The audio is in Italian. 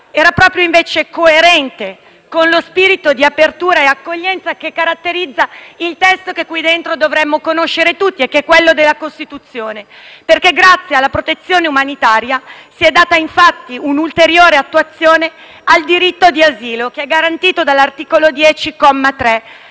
proprio coerente con lo spirito di apertura e accoglienza che caratterizza un testo che qui dentro dovremmo conoscere tutti, che è la Costituzione. Grazie alla protezione umanitaria, infatti, si è data una ulteriore attuazione al diritto di asilo, garantito dall'articolo 10,